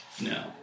No